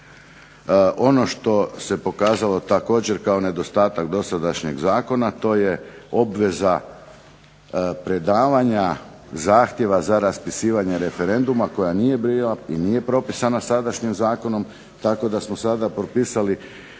Ono što se pokazalo također kao nedostatak dosadašnjeg zakona, to je obveza predavanja zahtjeva za raspisivanje referenduma koja nije bila i nije propisana sadašnjim zakonom, tako da smo sada propisali